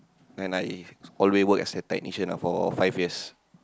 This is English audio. and I always work as a technician lah for five years